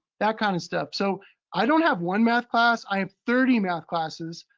that kind of stuff. so i don't have one math class, i have thirty math classes,